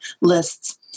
lists